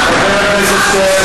למי הם קשורים?